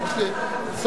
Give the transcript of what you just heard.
גמרנו,